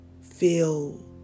feel